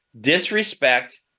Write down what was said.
disrespect